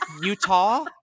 Utah